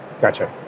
Gotcha